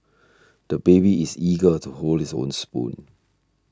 the baby is eager to hold his own spoon